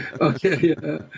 Okay